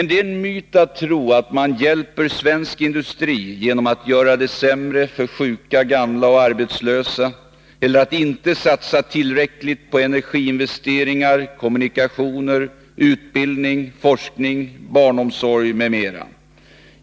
Det är en myt att tro att man hjälper svensk industri genom att försämra för sjuka, gamla och arbetslösa eller att inte satsa tillräckligt på energiinvesteringar, kommunikationer, utbildning, forskning, barnomsorg m.m.